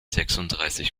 sechsunddreißig